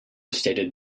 stated